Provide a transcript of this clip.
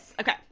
okay